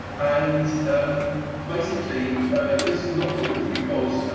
and um basically this is not good because